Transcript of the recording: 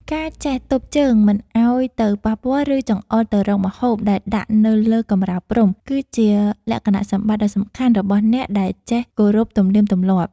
ការចេះទប់ជើងមិនឱ្យទៅប៉ះពាល់ ឬ ចង្អុលទៅរកម្ហូបដែលដាក់នៅលើកម្រាលព្រំគឺជាលក្ខណៈសម្បត្តិដ៏សំខាន់របស់អ្នកដែលចេះគោរពទំនៀមទម្លាប់។